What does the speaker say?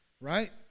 right